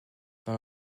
dans